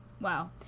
Wow